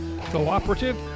cooperative